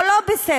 או לא בסתר,